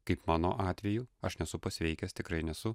kaip mano atveju aš nesu pasveikęs tikrai nesu